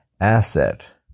asset